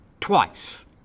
Twice